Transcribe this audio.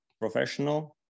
professional